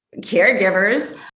caregivers